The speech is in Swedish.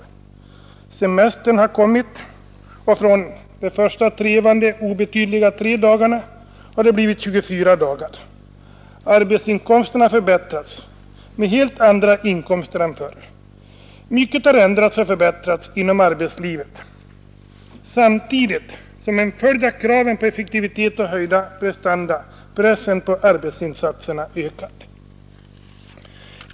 Dessutom har semestern tillkommit, och den har från att under den första trevande tiden ha omfattat 3 dagar ökat till 24 dagar. Arbetsinkomsterna har förbättrats så att de blivit helt andra än tidigare. Mycket har ändrats och förbättrats inom arbetslivet samtidigt med att som en följd av kraven på effektivitet och höjda prestanda fordringarna på arbetsinsatserna ökat.